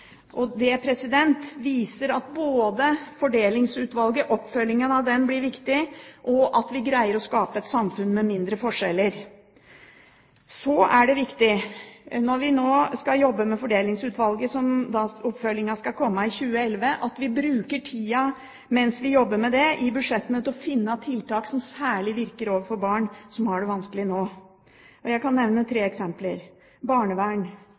viser at oppfølgingen av Fordelingsutvalget blir viktig for at vi skal greie å skape et samfunn med mindre forskjeller. Så er det viktig, når vi nå skal jobbe med Fordelingsutvalget – oppfølgingen skal komme i 2011 – at vi bruker tida mens vi jobber med det i budsjettene til å finne tiltak som særlig virker overfor barn som har det vanskelig nå. Jeg kan nevne tre eksempler: Barnevern: